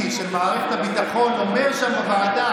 של מערכת הביטחון אומר שם בוועדה,